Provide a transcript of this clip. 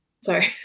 Sorry